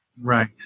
Right